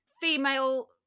female